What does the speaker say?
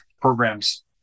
programs